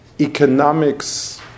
economics